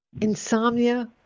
insomnia